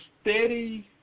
steady